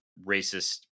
racist